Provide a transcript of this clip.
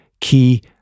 key